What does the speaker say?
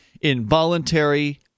involuntary